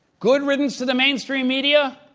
good riddance to the mainstream media.